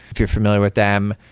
if you're familiar with them,